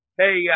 hey